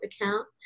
account